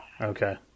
Okay